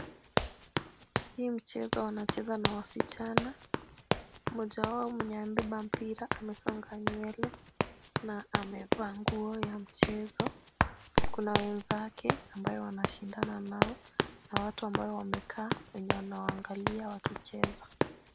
Hii mchezo wanacheza na wasichana. Mmoja wao mwenye amebeba mpira amesonga nywele na amevaa nguo ya mchezo. Kuna wenzake ambayo wanashindana nao na watu ambao wamekaa wenye wanawaangalia wakicheza.